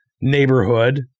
neighborhood